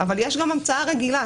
אבל יש גם המצאה רגילה.